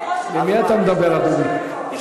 למי אתה מדבר, אדוני?